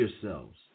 yourselves